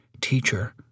Teacher